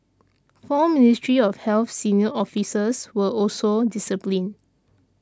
four Ministry of Health senior officers were also disciplined